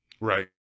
right